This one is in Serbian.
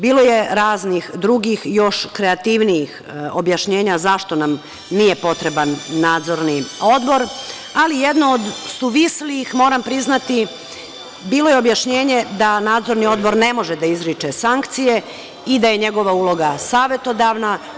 Bilo je raznih drugih još kreativnijih objašnjenja zašto nam nije potreban Nadzorni odbor, ali jedno od suvislih, moram priznati, bilo je objašnjenje da Nadzorni odbor ne može da izriče sankcije i da je njegova uloga savetodavna.